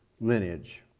lineage